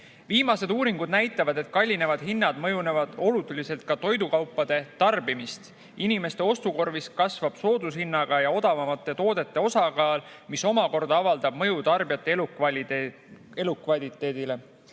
Viimased uuringud näitavad, et kallinevad hinnad mõjutavad oluliselt ka toidukaupade tarbimist. Inimeste ostukorvis kasvab soodushinnaga ja odavamate toodete osakaal, mis omakorda avaldab mõju tarbijate elukvaliteedile.